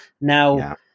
Now